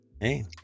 Hey